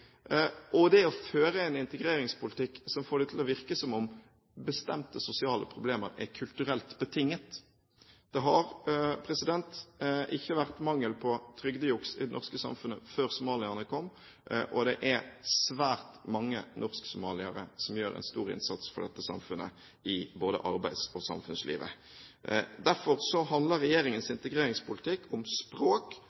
dét og det å føre en integreringspolitikk som får det til å virke som om bestemte sosiale problemer er kulturelt betinget. Det har ikke vært mangel på trygdejuks i det norske samfunnet før somalierne kom, og det er svært mange norsk-somaliere som gjør en stor innsats for dette samfunnet, både i arbeids- og samfunnslivet. Derfor handler regjeringens